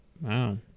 Wow